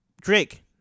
Drake